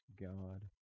God